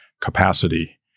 capacity